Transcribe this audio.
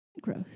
Gross